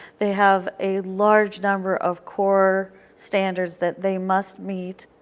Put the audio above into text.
they have a large number of core standards that they must meet.